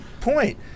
point